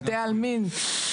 בתי עלמין.